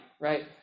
right